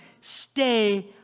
Stay